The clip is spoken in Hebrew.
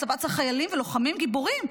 הצבא צריך חיילים ולוחמים גיבורים,